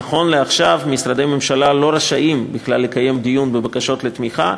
נכון לעכשיו משרדי ממשלה לא רשאים בכלל לקיים דיון בבקשות לתמיכה,